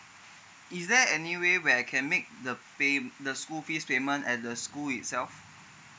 is there anyway where I can make the pay~ the school fees payment at the school itself